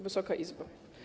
Wysoka Izbo!